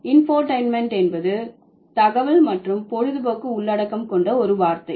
infotainment என்பது தகவல் மற்றும் பொழுதுபோக்கு உள்ளடக்கம் கொண்ட ஒரு வார்த்தை